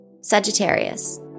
Sagittarius